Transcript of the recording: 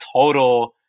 total